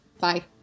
Bye